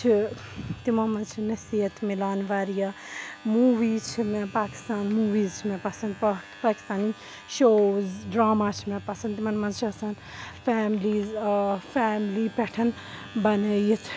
چھِ تِمومنٛز چھِ نصیٖحتھ میلان وارِیاہ موٗویٖز چھِ مےٚ پاکِستان موٗویٖز چھِ مےٚ پَسَنٛد پاکِستانٕکۍ شوز ڈرٛاما چھِ مےٚ پَسنٛد یِمَن منٛز چھِ آسان فیملیٖز آ فیملی پٮ۪ٹھ بنٲیِتھ